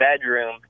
bedroom